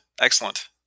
Excellent